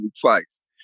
twice